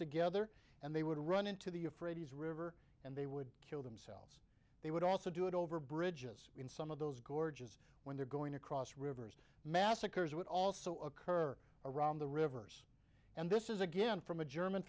together and they would run into the euphrates river and they would kill themselves they would also do it over bridges in some of those gorges when they're going across rivers massacres would also occur around the rivers and this is again from a german